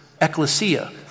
ecclesia